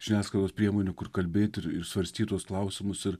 žiniasklaidos priemonių kur kalbėt ir ir svarstyt tuos klausimus ir